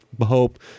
Hope